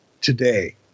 today